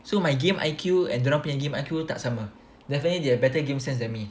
so my game I_Q and dorang punya game I_Q tak sama definitely they are better game sense than me